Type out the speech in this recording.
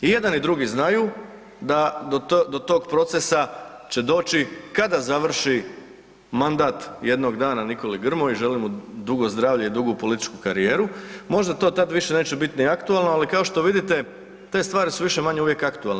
I jedan i drugi znaju da do tog procesa će doći kada završi mandat jednog dana Nikoli Grmoji, želim mu dugo zdravlje i dugu političku karijeru, možda to tad više neće ni biti aktualno ali kao što vidite te stvari su više-manje uvijek aktualne.